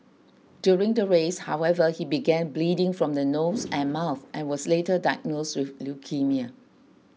during the race however he began bleeding from the nose and mouth and was later diagnosed with leukaemia